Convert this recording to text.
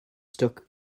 stuck